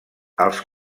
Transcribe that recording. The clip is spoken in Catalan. els